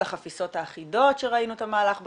לחפיסות האחידות שראינו את המהלך באוסטרליה,